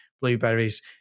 blueberries